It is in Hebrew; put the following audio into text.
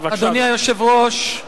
אדוני היושב-ראש,